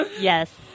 Yes